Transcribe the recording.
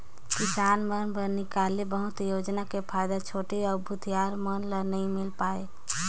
किसान मन बर निकाले बहुत योजना के फायदा छोटे अउ भूथियार मन ल नइ मिल पाये